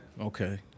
okay